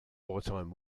wartime